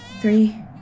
Three